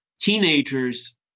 teenagers